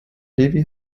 levi